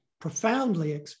profoundly